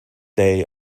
day